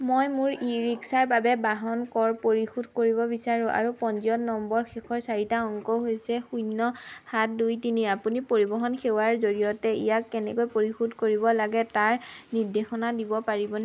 মই মোৰ ই ৰিক্সাৰ বাবে বাহন কৰ পৰিশোধ কৰিব বিচাৰোঁ আৰু পঞ্জীয়ন নম্বৰৰ শেষৰ চাৰিটা অংক হৈছে শূন্য সাত দুই তিনি আপুনি পৰিবহণ সেৱাৰ জৰিয়তে ইয়াক কেনেকৈ পৰিশোধ কৰিব লাগে তাৰ নিৰ্দেশনা দিব পাৰিবনে